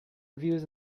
reviews